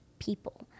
people